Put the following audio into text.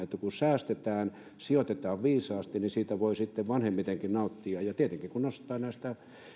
kun säästetään ja sijoitetaan viisaasti niin siitä voi sitten vanhemmitenkin nauttia ja tietenkin sitten kun nostaa näistä